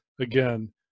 again